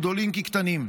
גדולים כקטנים.